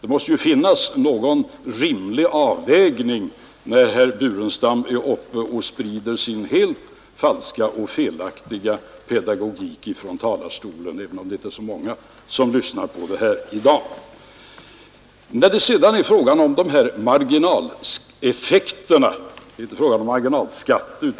Det måste finnas någon rimlig avvägning när herr Burenstam Linder är uppe och sprider sin helt falska och felaktiga pedagogik från talarstolen, även om det i dag inte är så många som lyssnar. När det sedan är fråga om marginaleffekterna — inte